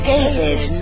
David